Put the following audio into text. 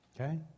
Okay